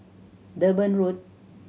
Durban Road